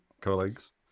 colleagues